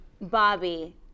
Bobby